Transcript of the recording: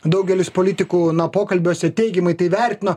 daugelis politikų na pokalbiuose teigiamai tai vertino